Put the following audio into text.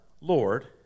Lord